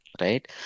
right